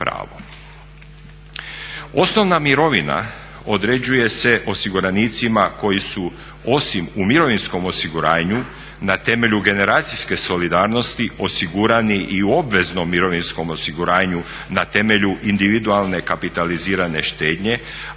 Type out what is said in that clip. Osnovna mirovina određuje se osiguranicima koji su osim u mirovinskom osiguranju na temelju generacijske solidarnosti osigurani u obveznom mirovinskom osiguranju na temelju individualne kapitalizirane štednje